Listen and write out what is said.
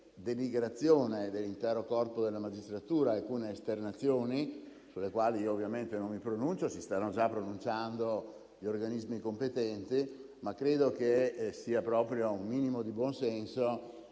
denigrazione dell'intero corpo della magistratura alcune esternazioni, sulle quali io ovviamente non mi pronuncio, ma si stanno già pronunciando gli organismi competenti. Credo che sia il minimo del buon senso